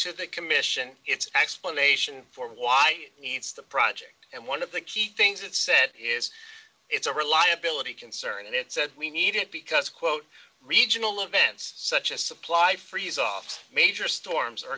to that commission its explanation for why it needs the project and one of the key things it said is it's a reliability concern and it said we need it because quote regional events such as supply for use off major storms or